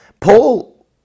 Paul